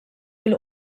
fil